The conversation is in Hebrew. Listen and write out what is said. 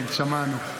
כן, שמענו.